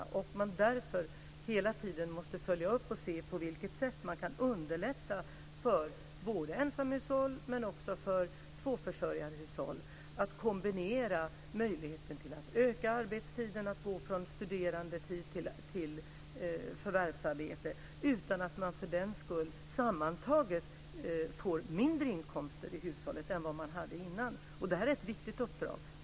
Därför måste man hela tiden följa upp och se på vilket sätt man kan underlätta för både ensamhushåll och för tvåförsörjarhushåll att öka arbetstiden eller gå från studerandetid till förvärvsarbete utan att man för den skull sammantaget får mindre inkomster i hushållet än vad man hade innan. Det här är ett viktigt uppdrag.